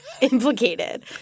implicated